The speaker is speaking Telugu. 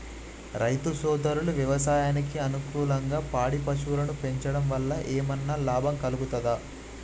రైతు సోదరులు వ్యవసాయానికి అనుకూలంగా పాడి పశువులను పెంచడం వల్ల ఏమన్నా లాభం కలుగుతదా?